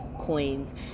coins